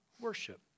worship